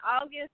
August